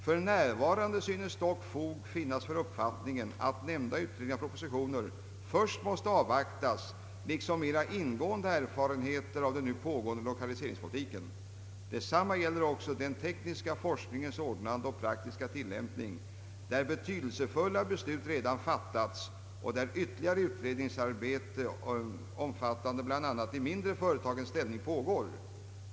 För närvarande synes dock fog finnas för uppfattningen att nämnda utredningar och propositioner först måste avvaktas liksom mera ingående erfarenheter av den nu pågående lokaliseringspolitiken. Detsamma gäller också den tekniska forskningens ordnande och praktiska tillämpning, där betydelsefulla beslut redan fattats och där ytterligare utredningsarbete omfattande bl.a. de mindre företagens ställning pågår.